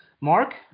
Mark